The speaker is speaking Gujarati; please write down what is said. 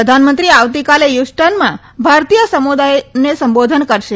પ્રધાનમંત્રી આવતીકાલે યુસટર્નમાં ભારતીય સમુદાયને સંબોધન કરશે